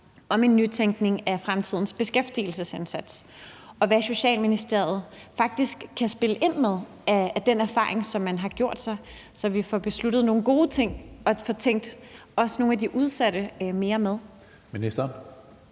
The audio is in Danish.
om en nytænkning af fremtidens beskæftigelsesindsats, og hvad Socialministeriet faktisk kan spille ind med i forhold til den erfaring, man har gjort sig, så vi får besluttet nogle gode ting og også får tænkt nogle af de udsatte mere ind